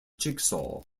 jigsaw